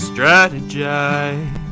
Strategize